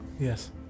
Yes